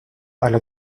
alla